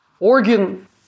Organ